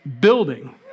building